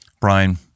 Brian